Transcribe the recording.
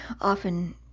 often